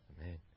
Amen